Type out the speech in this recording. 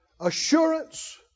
Assurance